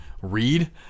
read